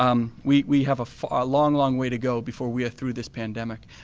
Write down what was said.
um we we have a long long way to go before we are through this pandemic.